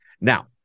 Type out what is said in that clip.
Now